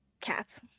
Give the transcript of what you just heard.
Cats